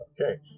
Okay